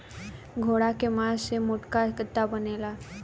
घोड़ा के मास से मोटका गद्दा बनेला